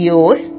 use